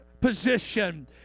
position